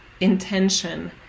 intention